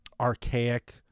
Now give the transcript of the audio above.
archaic